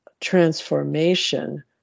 transformation